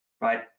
Right